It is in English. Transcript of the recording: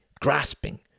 grasping